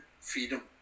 freedom